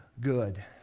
good